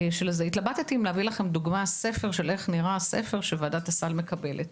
התלבטתי אם להביא לכם דוגמה לספר שוועדת הסל מקבלת.